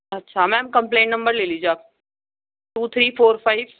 اچھا ma'am complaint number لے لیجئے آپ ٹو تھری فور فائیو